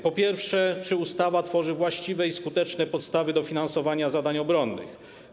Po pierwsze, czy ustawa tworzy właściwe i skutecznie podstawy do finansowania zadań obronnych?